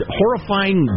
horrifying